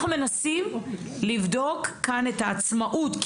אנחנו מנסים לבדוק כאן את העצמאות.